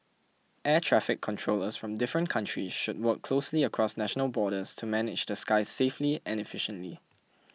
air traffic controllers from different countries should work closely across national borders to manage the skies safely and efficiently